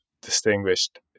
distinguished